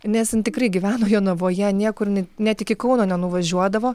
nes jin tikrai gyveno jonavoje niekur net net iki kauno nenuvažiuodavo